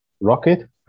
rocket